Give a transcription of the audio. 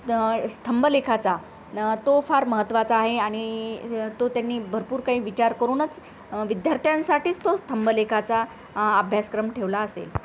स्तंभलेखाचा तो फार महत्त्वाचा आहे आणि तो त्यांनी भरपूर काही विचार करूनच विद्यार्थ्यांसाठीच तो स्तंभलेखाचा अभ्यासक्रम ठेवला असेल